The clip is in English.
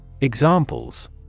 Examples